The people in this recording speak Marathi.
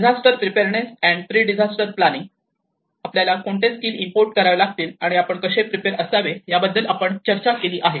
disaster preparedness and pre disaster planning आपल्याला कोणते स्किल इम्पोर्ट करावे लागतील आणि आपण कसे प्रिपेयर असावे याबद्दल आपण चर्चा केली आहे